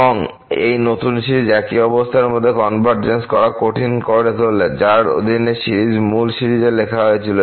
এবং নতুন সিরিজ একই অবস্থার মধ্যে কনভারজ করা কঠিন করে তোলে যার অধীনে সিরিজ মূল সিরিজ লেখা হয়েছিল